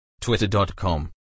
Twitter.com